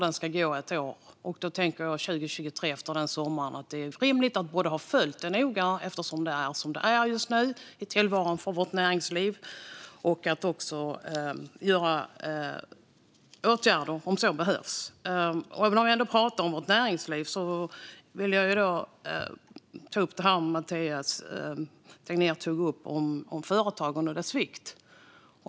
Den ska gå i ett år, och efter sommaren 2023 tänker jag att det är rimligt att både ha följt den noga - eftersom det just nu är som det är med tillvaron för vårt näringsliv - och att vidta åtgärder om så behövs. Om vi ändå pratar om vårt näringsliv vill jag ta upp det som Mathias Tegnér nämnde om företagande och dess vikt.